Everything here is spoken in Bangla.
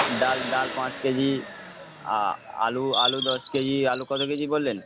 ডাল ডাল পাঁচ কেজি আ আলু আলু দশ কেজি আলু কতো কেজি বললেন